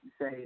say